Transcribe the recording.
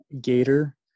gator